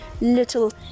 little